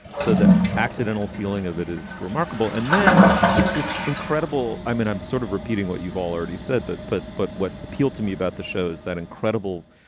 so that accidental feeling of it is remarkable. and then it's this incredible. i'm an i'm sort of repeating what you've already said that. but but what appealed to me about the shows, that incredible,